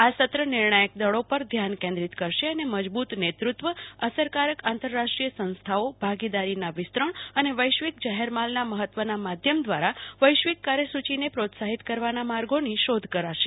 આ સત્ર નિર્ણાયક દળો પર ધ્યાન કેન્દ્રીત કરશે અને મજબુત નેતૃ ત્રૃદ્ધસરકારક આંતરાષ્ટ્રીય સંસ્થાઓભાગીદારીના વિસ્તરણ અને વૈશ્વિક જાહેર માલના મહત્વના માધ્યમ દ્રારા વૈશ્વિક કાર્ય સુચિને પ્રોત્સહિત કરવાના માર્ગોની શોધ કરાશે